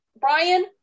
Brian